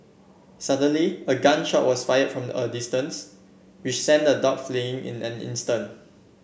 suddenly a gun shot was fire from a distance which sent the dogs fleeing in an instant